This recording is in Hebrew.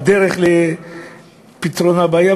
בדרך לפתרון הבעיה,